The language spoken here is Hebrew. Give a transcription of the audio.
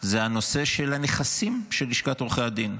זה הנושא של הנכסים של לשכת עורכי הדין.